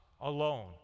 alone